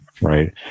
Right